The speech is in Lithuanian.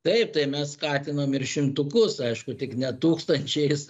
taip tai mes skatinam ir šimtukus aišku tik ne tūkstančiais